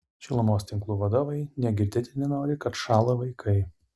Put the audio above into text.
šilumos tinklų vadovai nė girdėti nenori kad šąla vaikai